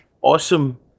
awesome